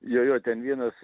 jo jo ten vienas